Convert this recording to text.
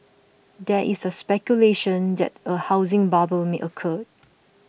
there is speculation that a housing bubble may occur